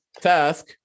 task